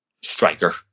striker